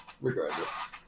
regardless